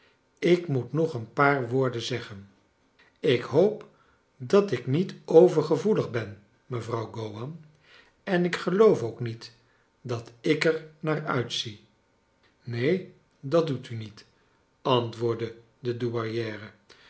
ik moet nog een paar woorden zeggen ik hoop dat ik niet overgevoelig ben mevrouw gowan en ik geloof ook niet dat ik er naar uitzie neen dat doet u niet antwoordde de